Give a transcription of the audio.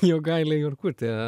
jogailė jurkutė